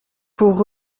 pour